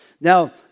Now